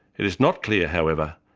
it is not clear, however,